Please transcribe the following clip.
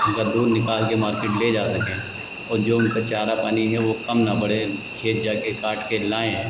और उनका दूध निकालकर मार्केट ले जा सकें और जो उनका चारा पानी है वह कम न पड़े खेत जाकर काटकर लाएँ